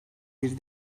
bir